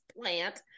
plant